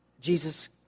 Jesus